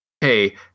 hey